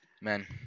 Man